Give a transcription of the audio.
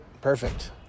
Perfect